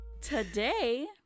Today